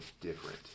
different